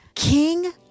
King